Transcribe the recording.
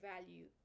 value